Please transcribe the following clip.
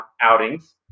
outings